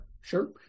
sure